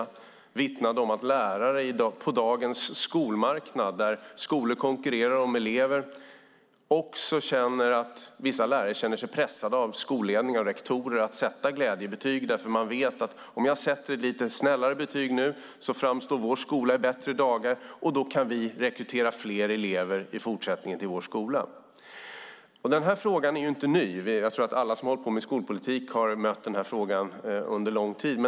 De vittnade om att vissa lärare på dagens skolmarknad, där skolor konkurrerar om elever, känner sig pressade av skolledning och rektorer att sätta glädjebetyg eftersom de vet att om de sätter ett lite snällare betyg framstår deras skola i bättre dager, och då kan de rekrytera fler elever till sin skola i fortsättningen. Den här frågan är inte ny. Jag tror att alla som har hållit på med skolpolitik har mött den här frågan under lång tid.